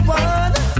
one